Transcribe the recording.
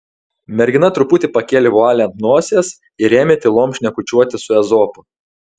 mergina truputį pakėlė vualį ant nosies ir ėmė tylom šnekučiuoti su ezopu